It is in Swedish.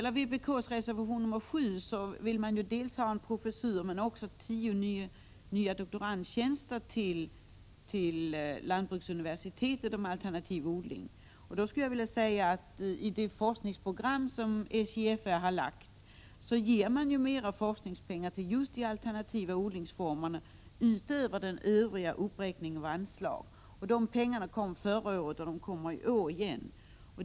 I vpk:s reservation 7 begärs dels en professur, dels tio nya doktorandtjänster till lantbruksuniversitetet. Det gäller då alternativ odling. Jag skulle vilja säga att man ju i det forskningsprogram som SJFR har lagt fram ger mera forskningspengar till just de alternativa odlingsformerna utöver övrig uppräkning av anslaget. Det kom pengar förra året, och det kommer pengar även i år.